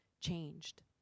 changed